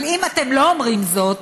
אבל אם אתם לא אומרים זאת,